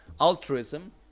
altruism